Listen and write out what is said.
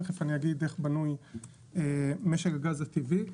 תיכף אני אגיד איך בנוי משק הגז הטבעי.